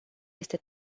este